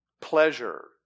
pleasure